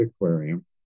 Aquarium